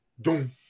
doom